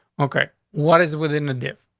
okay, what is within the diff?